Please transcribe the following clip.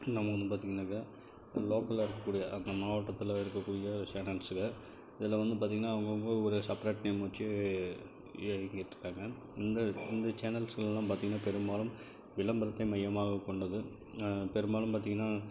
நம்ம வந்து பார்த்தீங்கன்னாக்கா லோக்கலில் இருக்கக்கூடிய அந்த மாவட்டத்தில் இருக்கக்கூடிய சேனல்ஸ்ங்க இதில் வந்து பார்த்தீங்கன்னா அவங்க அவங்க ஒரு செப்பரேட் நேம் வெச்சு இயக்கிட்டு இருக்காங்க இந்த இந்த சேனல்ஸ்செலலாம் பார்த்தீங்கன்னா பெரும்பாலும் விளம்பரத்தையே மையமாக கொண்டது பெரும்பாலும் பார்த்தீங்கன்னா